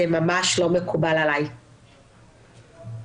יש שם מספר משרדים שונים שהתקנות נוגעות אליהם ולכן חוות הדעת